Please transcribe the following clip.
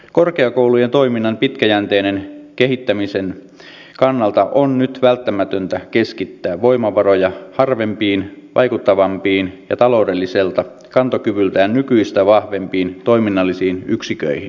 korkeakoulujen toiminnan pitkäjänteisen kehittämisen kannalta on nyt välttämätöntä keskittää voimavaroja harvempiin vaikuttavampiin ja taloudelliselta kantokyvyltään nykyistä vahvempiin toiminnallisiin yksiköihin